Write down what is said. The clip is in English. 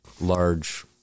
large